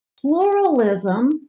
Pluralism